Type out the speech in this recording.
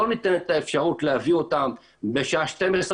לא ניתנת אפשרות להביא אותם בשעה 12:00